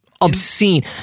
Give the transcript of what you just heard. obscene